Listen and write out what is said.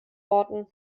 worten